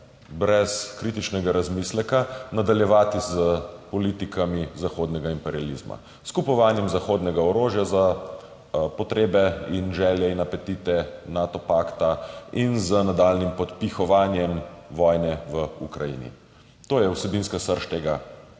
brez kritičnega razmisleka nadaljevati s politikami zahodnega imperializma s kupovanjem zahodnega orožja za potrebe in želje in apetite Nato pakta in z nadaljnjim podpihovanjem vojne v Ukrajini. To je vsebinska srž tega,